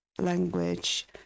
language